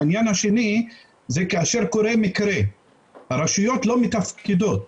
העניין השני זה כאשר קורה מקרה הרשויות לא מתפקדות.